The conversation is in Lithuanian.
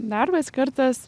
darbas skirtas